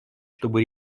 чтобы